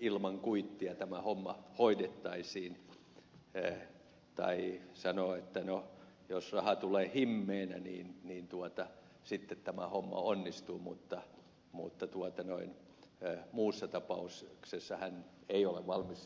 ilman kuittia tämä homma hoidettaisiin tai sanoo että no jos raha tulee himmeenä niin sitten tämä homma onnistuu mutta muussa tapauksessa hän ei ole valmis työtä tekemään